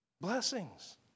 Blessings